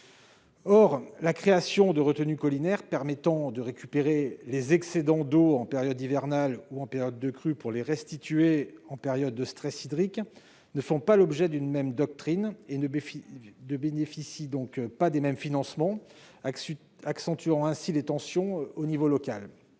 la création de retenues collinaires, qui permettent de récupérer les excédents d'eau en période hivernale ou en période de crue pour les restituer en période de stress hydrique, ne fait pas l'objet d'une même doctrine et ne bénéficie donc pas des mêmes financements ici ou là, ce qui accentue les tensions locales.